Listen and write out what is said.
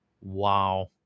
Wow